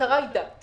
המטרה היא דת.